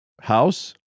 house